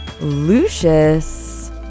Lucius